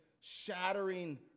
shattering